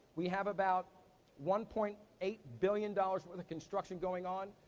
we have about one point eight billion dollars worth of construction going on.